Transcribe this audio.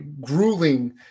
grueling